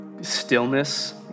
stillness